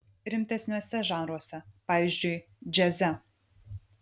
rimtesniuose žanruose pavyzdžiui džiaze